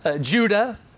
Judah